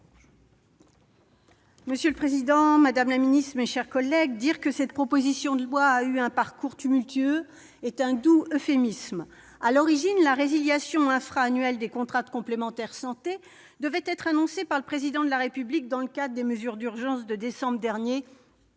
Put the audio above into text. Monsieur le président, madame la ministre, mes chers collègues, dire que cette proposition de loi a eu un parcours tumultueux est un doux euphémisme. À l'origine, la résiliation infra-annuelle des contrats de complémentaire santé devait être annoncée par le Président de la République dans le cadre des mesures d'urgence de décembre dernier,